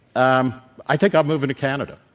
um i think i'm moving to canada.